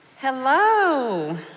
Hello